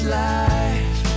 life